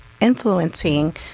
influencing